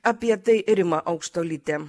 apie tai rima aukštuolytė